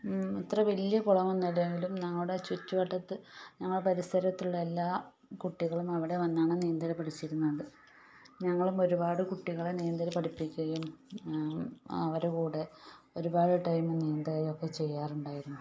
അത്ര വലിയ കുളമൊന്നും അല്ലെങ്കിലും നമ്മുടെ ചുറ്റുവട്ടത്ത് ഞങ്ങളുടെ പരിസരത്തുള്ള എല്ലാ കുട്ടികളും അവിടെ വന്നാണ് നീന്തൽ പഠിച്ചിരുന്നത് ഞങ്ങളും ഒരുപാട് കുട്ടികളെ നീന്തൽ പഠിപ്പിക്കുകയും അവരുടെ കൂടെ ഒരുപാട് ടൈം നീന്തുകയും ഒക്കെ ചെയ്യാറുണ്ടായിരുന്നു